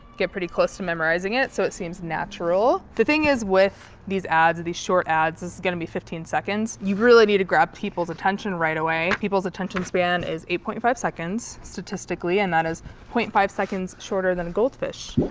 get pretty close to memorizing it so it seems natural. the thing is, with these ads these short ads this is going to be fifteen seconds, you really need to grab people's attention right away. people's attention span is eight point five seconds, statistically, and that is point five seconds shorter than a goldfish.